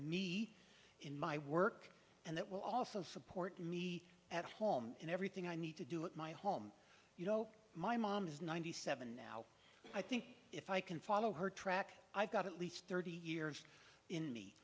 me in my work and that will also support me at home in everything i need to do at my home you know my mom is ninety seven now i think if i can follow her track i've got at least thirty years in me